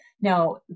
Now